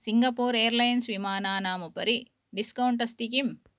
Singapore airlines विमानानाम् उपरि discount अस्ति किम्